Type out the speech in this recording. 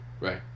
right